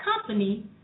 company